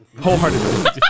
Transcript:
wholeheartedly